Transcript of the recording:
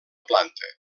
planta